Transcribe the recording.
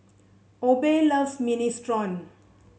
Obe loves Minestrone